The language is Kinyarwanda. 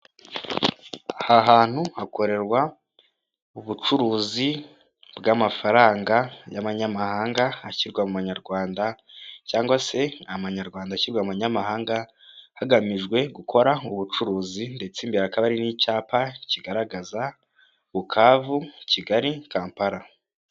Aha hantu hakorerwa ubucuruzi bw'amafaranga y'abanyamahanga, ashyirwa mu manyarwanda cyangwa se amanyarwanda ashyirwa mu manyamahanga, hagamijwe gukora ubucuruzi ndetse imbere hakaba hari n'icyapa kigaragaza Bukavu, Kigali, Kampala.